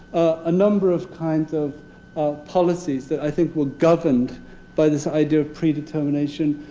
a number of kinds of of policies that i think were governed by this idea of predetermination.